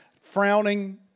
frowning